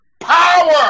power